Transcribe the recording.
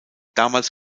damals